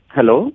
Hello